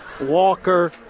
Walker